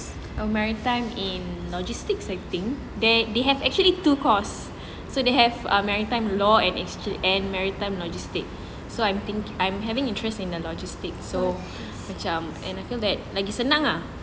a maritime in logistics I think there they have actually two course so they have a maritime law and actually and maritime logistic so I'm think I'm having interest in the logistics so macam and I feel that lagi senang ah